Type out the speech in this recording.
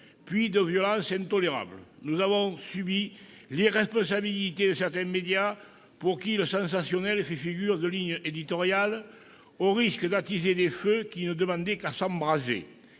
puis de violences intolérables. Nous avons subi l'irresponsabilité de certains médias, pour qui le sensationnel fait figure de ligne éditoriale, au risque d'attiser des feux qui ne demandaient qu'à s'embraser.